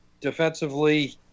defensively